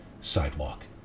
sidewalk